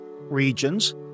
regions